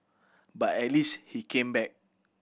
but at least he came back